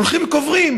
הולכים וקוברים,